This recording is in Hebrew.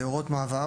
על הוראות מעבר.